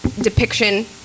depiction